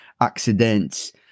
accidents